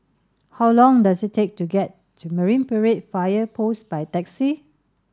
how long does it take to get to Marine Parade Fire Post by taxi